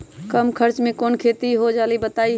कम खर्च म कौन खेती हो जलई बताई?